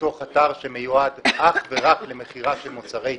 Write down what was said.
בתוך אתר שמיועד אך ורק למכירת מוצרי טבק,